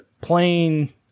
plain